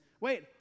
wait